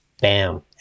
Bam